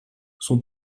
son